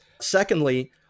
Secondly